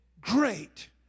Great